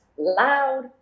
loud